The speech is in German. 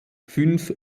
fünf